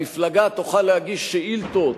המפלגה תוכל להגיש שאילתות